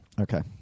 Okay